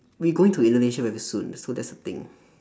we going to indonesia very soon so that's the thing